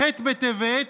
בח' בטבת,